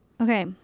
Okay